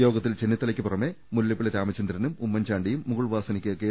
യോഗത്തിൽ ചെന്നി ത്തലക്ക് പുറമെ മുല്ലപ്പള്ളി രാമചന്ദ്രനും ഉമ്മൻചാണ്ടിയും മുകുൾ വാസ്നി ക് കെ